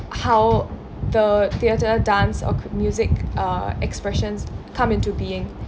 how the theatre dance or cu~ music uh expressions come into being